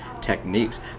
techniques